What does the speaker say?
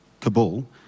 Kabul